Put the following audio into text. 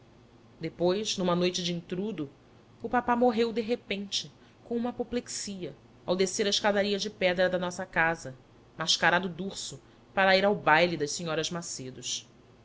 depois numa noite de entrudo o papá morreu de repente com uma apoplexia ao descer a escadaria de pedra da nossa casa mascarado de urso para ir ao baile das senhoras macedos